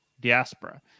Diaspora